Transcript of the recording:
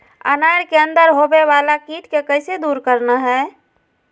अनार के अंदर होवे वाला कीट के कैसे दूर करना है?